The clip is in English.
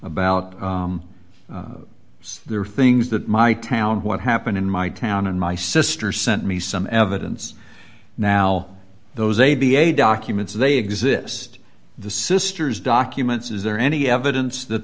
about there are things that my town what happened in my town and my sister sent me some evidence now those a b a documents they exist the sister's documents is there any evidence that